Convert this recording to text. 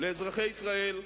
לאזרחי ישראל: